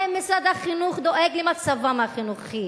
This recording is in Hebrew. האם משרד החינוך דואג למצבם החינוכי